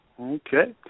Okay